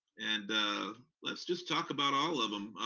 and let's just talk about all of em.